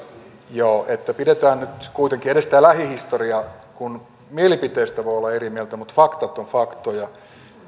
joo että pidetään nyt kuitenkin edes tämä lähihistoria kun mielipiteistä voi olla eri mieltä mutta faktat ovat faktoja